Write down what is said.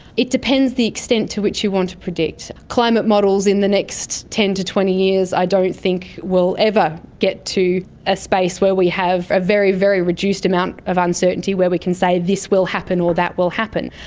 it depends on the extent to which you want to predict. climate models in the next ten to twenty years i don't think we'll ever get to a space where we have a very, very reduced amount of uncertainty where we can say this will happen or that will happen.